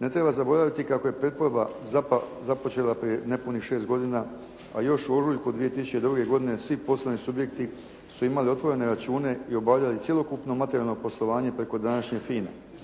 Ne treba zaboraviti kako je pretvorba započela prije nepunih 6 godina, a još u ožujku 2002. godine svi poslovni subjekti su imali otvorene račune i obavljali cjelokupno materijalno poslovanje preko današnje FINA-e.